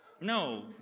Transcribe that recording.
No